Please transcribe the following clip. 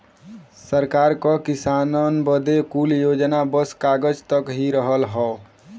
सरकार क किसानन बदे कुल योजना बस कागज तक ही रहल हौ